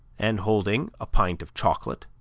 and holding a pint of chocolate,